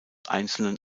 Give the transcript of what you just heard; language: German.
einzelnen